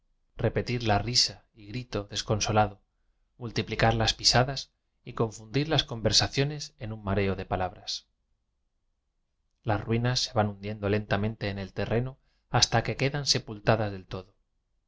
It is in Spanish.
petir la risa y grito desconsolado multiplicar las pisadas y confundir las conversaciones en un mareo de palabras las ruinas se van hundiendo lentamente en el terreno hasta que quedan sepultadas del todo